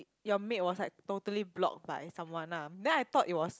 your maid was like totally blocked by someone lah then I thought it was